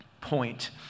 point